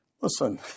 Listen